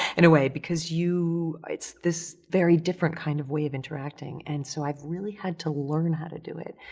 in a way because you, it's this very different kind of way of interacting and so i've really had to learn how to do it.